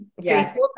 Yes